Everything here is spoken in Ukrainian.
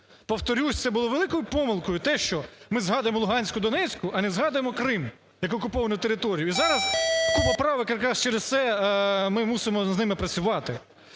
Повторюся, це було великою помилкою, те, що ми згадуємо Луганську, Донецьку, а не згадуємо Крим як окуповану територію. І зараз купа правок, якраз через це ми мусимо з ними працювати.